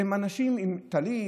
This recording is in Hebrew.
כלפי אנשים עם טלית,